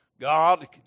God